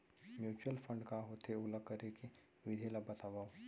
mutual fund का होथे, ओला करे के विधि ला बतावव